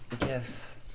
Yes